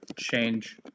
change